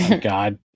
God